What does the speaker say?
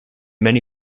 many